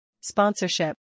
Sponsorship